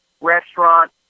restaurant